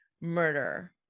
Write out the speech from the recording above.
murder